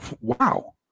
wow